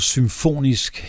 Symfonisk